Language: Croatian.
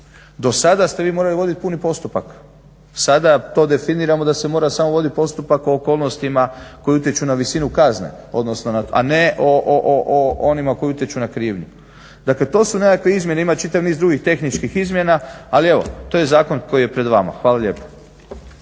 Do sada ste vi morali voditi puni postupak, sada to definiramo da se mora samo voditi postupak o okolnostima koji utječu na visinu kazne, odnosno a ne o onima koji utječu na krivnju. Dakle, to su nekakve izmjene, ima čitav niz drugih tehničkih izmjena, ali evo to je zakon koji je pred vama. Hvala lijepo.